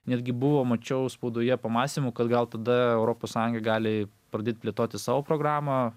netgi buvo mačiau spaudoje pamąstymų kad gal tada europos sąjunga gali pradėt plėtoti savo programą